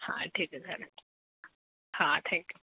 हां ठीक आहे चालेल हां थँक्यू